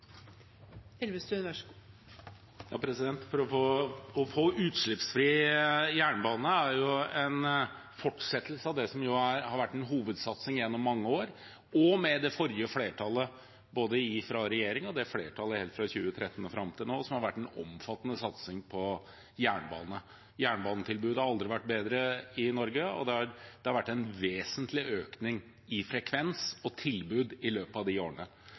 en fortsettelse av det som har vært en hovedsatsing gjennom mange år, og med det forrige flertallet. Både fra den regjeringen og fra flertallet helt fra 2013 og fram til nå har det vært en omfattende satsing på jernbane. Jernbanetilbudet har aldri vært bedre i Norge, og det har vært en vesentlig økning i frekvens og tilbud i løpet av de årene.